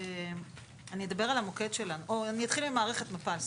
אני אתחיל עם מערכת מפ"ל.